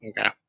okay